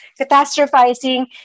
Catastrophizing